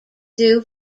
due